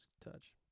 touch